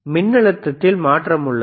மின்னழுத்தத்தில் மாற்றம் உள்ளது